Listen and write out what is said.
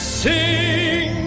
sing